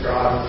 God